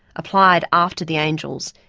applied after the angels,